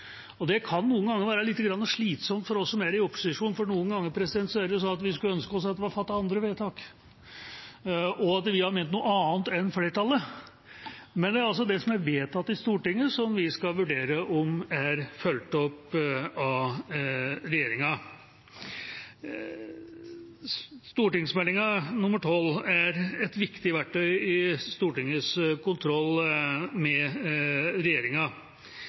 Det kan noen ganger være litt slitsomt for oss som er i opposisjon, for noen ganger er det sånn at vi skulle ønske oss at man hadde fattet andre vedtak, når vi har ment noe annet enn flertallet. Men det er altså det som er vedtatt i Stortinget, som vi skal vurdere om er fulgt opp av regjeringa. Meld. St. 12 er et viktig verktøy i Stortingets kontroll med regjeringa.